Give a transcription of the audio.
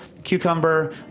Cucumber